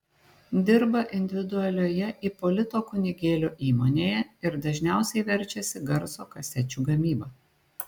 dirba individualioje ipolito kunigėlio įmonėje ir dažniausiai verčiasi garso kasečių gamyba